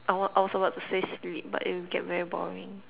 I was I was about to say sleep but it will get very boring